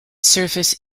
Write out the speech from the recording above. surface